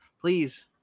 please